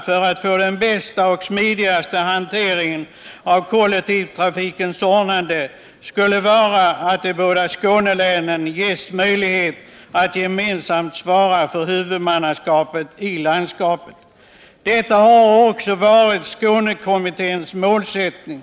För att på bästa och smidigaste sätt kunna ordna kollektivtrafiken skulle de båda Skånelänen ges möjlighet att gemensamt svara för huvudmannaskapet i landskapet. Detta har också varit Skånekommitténs målsättning.